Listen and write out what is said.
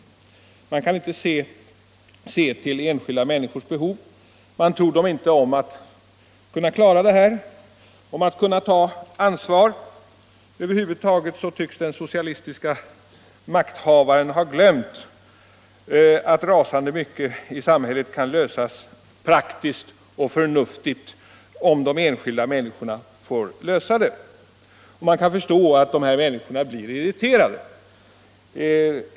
Man kan inte se till enskilda människors behov; man tror dem inte om att kunna klara det här eller om att kunna ta ansvar. Över huvud taget tycks den socialistiska makthavaren ha glömt att rasande många av problemen i samhället kan lösas praktiskt och förnuftigt. om de enskilda människorna får tillfälle att lösa dem. Man kan förstå att de här människorna blir irriterade.